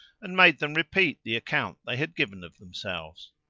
and made them repeat the account they had given of themselves.